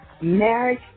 marriage